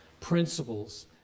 principles